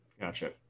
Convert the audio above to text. Gotcha